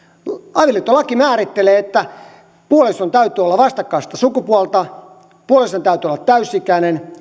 avioliittolaki määrittelee että puolison täytyy olla vastakkaista sukupuolta puolison täytyy olla täysi ikäinen